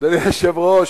אדוני היושב-ראש,